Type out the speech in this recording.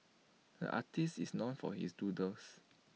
the artist is known for his doodles